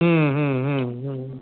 हं हं हं हं